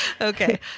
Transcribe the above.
Okay